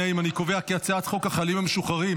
את הצעת חוק החיילים המשוחררים